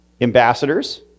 ambassadors